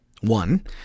One